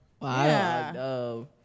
Wow